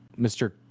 Mr